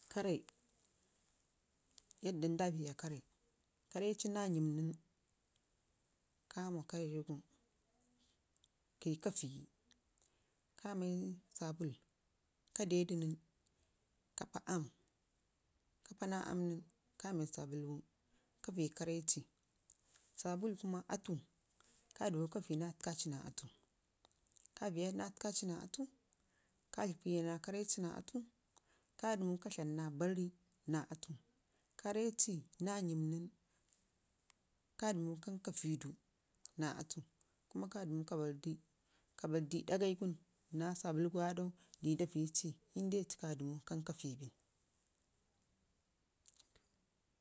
Karre, yanda nda viiya karre, karreci na nyiim nən kami karregu ka meu sabul ka dedu nən ka pii aam, ka pa naa aam nən kame sabulgu ka viiyi karre ci naa atu, sabul kwa ka dəmu ka dlam na barri naa atu, karreci naa yəm nən ka dəmu ka barri ɗagai da viigi ci karreci na atu inde ci ka dəmu ka viiyi bii nən.